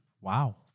Wow